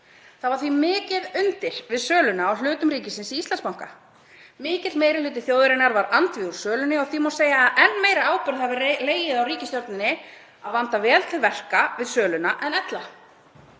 Það var því mikið undir við sölu á hlutum ríkisins í Íslandsbanka. Mikill meiri hluti þjóðarinnar var andvígur sölunni og því má segja að enn meiri ábyrgð hafi legið á ríkisstjórninni að vanda vel til verka við söluna en ella.